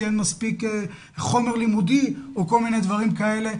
כי אין מספיק חומר לימודי או כל מיני דברים כאלה,